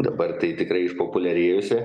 dabar tai tikrai išpopuliarėjusi